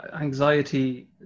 anxiety